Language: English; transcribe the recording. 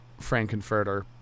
Frankenfurter